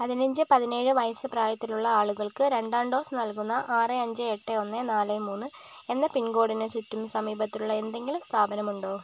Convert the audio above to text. പതിനഞ്ച് പതിനേഴ് വയസ്സ് പ്രായത്തിലുള്ള ആളുകൾക്ക് രണ്ടാം ഡോസ് നൽകുന്ന ആറ് അഞ്ച് എട്ട് ഒന്ന് നാല് മൂന്ന് എന്ന പിൻകോഡിന് ചുറ്റും സമീപത്തുള്ള എന്തെങ്കിലും സ്ഥാപനമുണ്ടോ